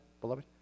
beloved